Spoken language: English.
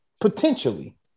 potentially